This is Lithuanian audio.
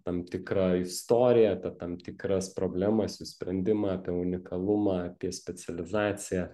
tam tikrą istoriją apie tam tikras problemas jų sprendimą apie unikalumą apie specializaciją